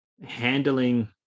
handling